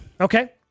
Okay